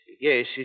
Yes